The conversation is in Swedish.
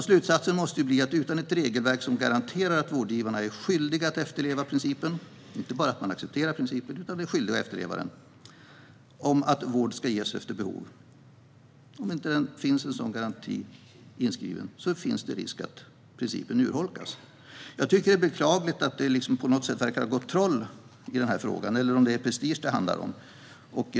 Slutsatsen måste bli att utan ett regelverk som garanterar att vårdgivarna är skyldiga att efterleva principen - de accepterar inte bara principen utan är skyldiga att efterleva den - om att vård ska ges efter behov finns det risk för att principen urholkas, om en sådan garanti inte är inskriven. Det är beklagligt att det verkar ha gått troll i frågan, eller är det kanske prestige det handlar om?